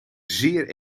zeer